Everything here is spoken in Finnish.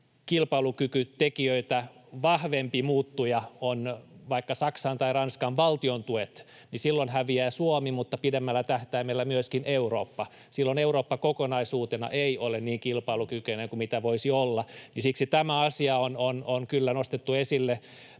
kilpailukykytekijöitä vahvempi muuttuja ovat vaikka Saksan tai Ranskan valtiontuet, niin silloin häviää Suomi mutta pidemmällä tähtäimellä myöskin Eurooppa. Silloin Eurooppa kokonaisuutena ei ole niin kilpailukykyinen kuin mitä voisi olla, ja siksi tämä asia on kyllä nostettu esille